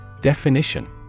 Definition